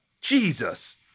Jesus